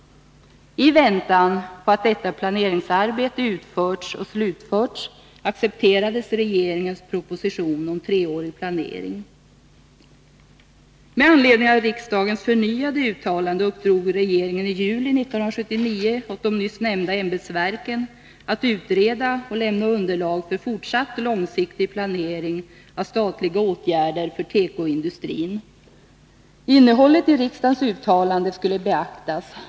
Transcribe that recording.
I väntan på att detta planeringsarbete utförts och slutförts accepterades regeringens proposition om treårig planering. Med anledning av riksdagens förnyade uttalande uppdrog regeringen i juli 1979 åt de nyss nämnda ämbetsverken att utreda och lämna underlag för fortsatt långsiktig planering av statliga åtgärder för tekoindustrin. Innehållet i riksdagens uttalande skulle beaktas.